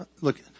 look